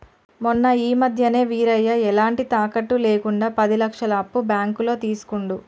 మొన్న ఈ మధ్యనే వీరయ్య ఎలాంటి తాకట్టు లేకుండా పది లక్షల అప్పు బ్యాంకులో తీసుకుండు